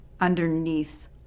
underneath